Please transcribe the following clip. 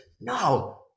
No